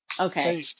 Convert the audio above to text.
okay